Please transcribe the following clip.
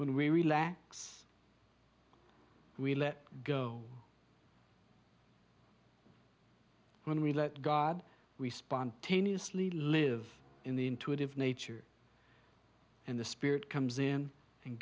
when we relax we let go when we let god we spontaneously live in the intuitive nature and the spirit comes in and